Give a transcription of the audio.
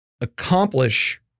accomplish